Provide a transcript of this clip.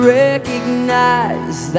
recognize